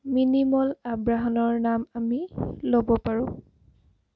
মিনিমল আব্ৰাহমৰ নাম আমি ল'ব পাৰোঁ